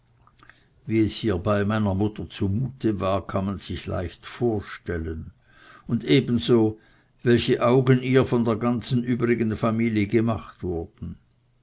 wie es hierbei meiner mutter zu mute war kann man sich leicht vorstellen und ebenso welche augen ihr von der ganzen übrigen familie gemacht wurden